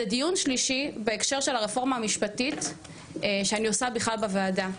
זה דיון שלישי בהקשר של הרפורמה המשפטית שאני עושה בכלל בוועדה,